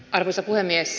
arvoisa puhemies